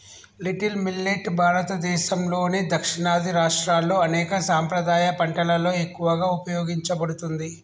little millet భారతదేసంలోని దక్షిణాది రాష్ట్రాల్లో అనేక సాంప్రదాయ పంటలలో ఎక్కువగా ఉపయోగించబడుతుంది